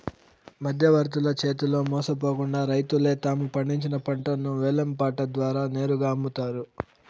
మధ్యవర్తుల చేతిలో మోసపోకుండా రైతులే తాము పండించిన పంటను వేలం పాట ద్వారా నేరుగా అమ్ముతారు